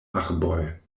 arboj